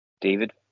David